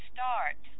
Start